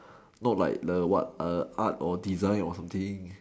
no like the what art or design or something